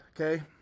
okay